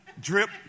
drip